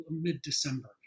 mid-December